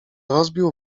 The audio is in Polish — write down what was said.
rozbił